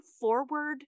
forward